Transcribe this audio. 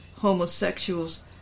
homosexuals